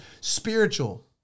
spiritual